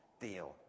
deal